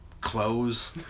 clothes